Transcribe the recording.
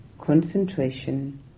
Concentration